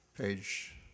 page